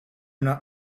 not